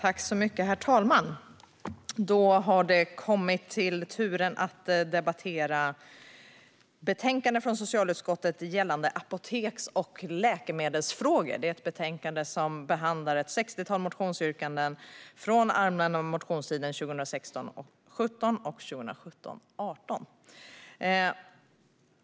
Herr talman! Då har turen kommit till att debattera ett betänkande från socialutskottet gällande apoteks och läkemedelsfrågor. Det är ett betänkande som behandlar ett sextiotal motionsyrkanden från allmänna motionstiden 2016 18.